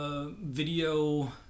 video